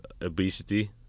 obesity